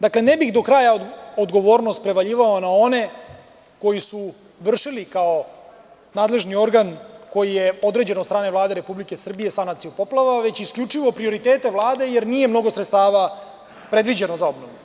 Dakle, ne bih do kraja odgovornost prevaljivao na one koji su vršili, kao nadležni organ, koji je određen od strane Vlade Republike Srbije, sanaciju poplava, već isključivo prioritete Vlade, jer nije mnogo sredstava predviđeno za obnovu.